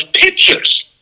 pictures